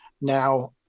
Now